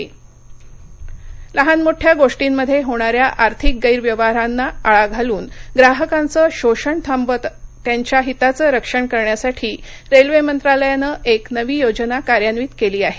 no payment लहानमोठ्या गोष्टींमध्ये होणाऱ्या आर्थिक गैरव्यवहारांना आळा घालून ग्राहकांचं शोषण थांबवित त्यांच्या हिताचं संरक्षण करण्यासाठी रेल्वे मंत्रालयानं एक नवी योजना कार्यान्वित केली आहे